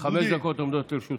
חמש דקות עומדות לרשותך.